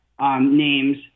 names